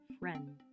friend